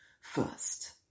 first